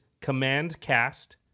Commandcast